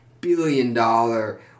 billion-dollar